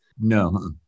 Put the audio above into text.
No